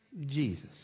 Jesus